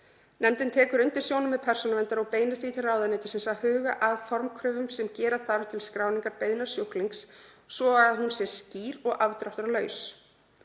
Nefndin tekur undir sjónarmið Persónuverndar og beinir því til ráðuneytisins að huga að formkröfum sem gera þarf til skráningar beiðni sjúklings svo og að hún sé skýr og afdráttarlaus.